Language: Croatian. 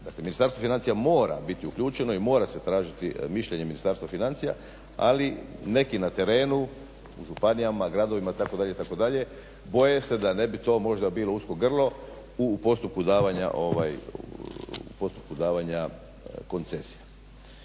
Dakle Ministarstvo financija mora biti uključeno i mora se tražiti mišljenje Ministarstva financija ali neki na terenu, županijama, gradovima itd., itd., boje se da ne bi to možda bilo usko grlo u postupku davanja koncesija.